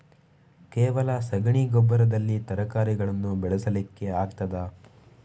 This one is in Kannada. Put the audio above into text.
ಕೇವಲ ಸಗಣಿ ಗೊಬ್ಬರದಲ್ಲಿ ತರಕಾರಿಗಳನ್ನು ಬೆಳೆಸಲಿಕ್ಕೆ ಆಗ್ತದಾ?